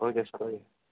okay sir